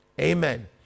amen